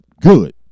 Good